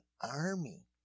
army